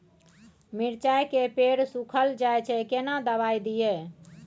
मिर्चाय के पेड़ सुखल जाय छै केना दवाई दियै?